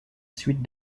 suite